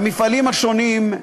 במפעלים השונים,